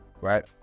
right